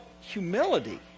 humility